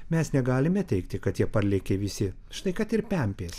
mes negalime teigti kad jie parlėkė visi štai kad ir pempės